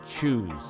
choose